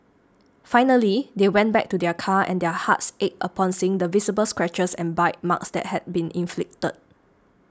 finally they went back to their car and their hearts ached upon seeing the visible scratches and bite marks that had been inflicted